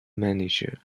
manager